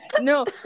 No